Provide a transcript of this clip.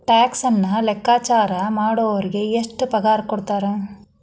ಟ್ಯಾಕ್ಸನ್ನ ಲೆಕ್ಕಾಚಾರಾ ಮಾಡೊರಿಗೆ ಎಷ್ಟ್ ಪಗಾರಕೊಡ್ತಾರ??